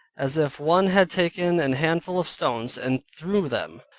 as if one had taken an handful of stones and threw them,